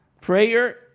Prayer